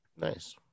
Nice